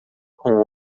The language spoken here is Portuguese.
com